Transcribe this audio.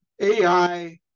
AI